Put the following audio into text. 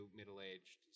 middle-aged